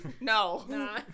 No